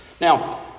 Now